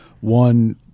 one